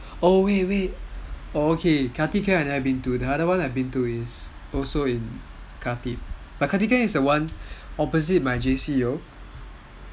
oh wait wait khatib camp I've never been to the other one I've been to is also in khatib but khatib camp is the one opposite my J_C yo